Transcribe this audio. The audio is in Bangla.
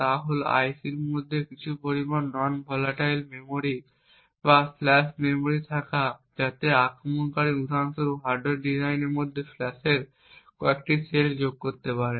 তা হল IC এর মধ্যে কিছু পরিমাণ নন ভোলাটাইল মেমরি বা ফ্ল্যাশ মেমরি থাকা যাতে আক্রমণকারী উদাহরণ স্বরূপ হার্ডওয়্যার ডিজাইনের মধ্যে ফ্ল্যাশের কয়েকটি সেল যোগ করতে পারে